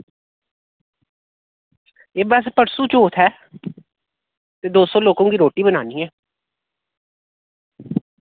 एह् बस परसू चौथ ऐ ते दो सौ लोकों कि रोटी बनानी ऐ